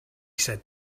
said